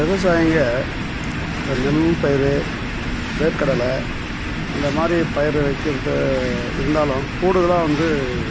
விவசாயிங்க இந்த நெல்பயிரு வேர்க்கடலை அந்தமாதிரி பயிரை வைக்கிறது இருந்தாலும் கூடுதலாக வந்து